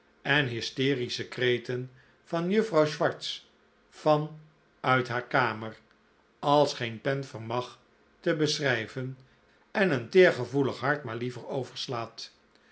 en hysterische kreten van juffrouw swartz van uit haar kamer als geen pen vermag te beschrijven en een teergevoelig hart maar liever overslaathet